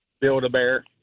Build-A-Bear